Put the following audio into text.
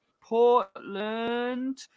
Portland